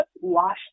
wash